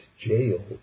jail